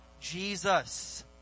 Jesus